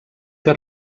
que